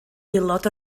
aelod